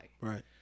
Right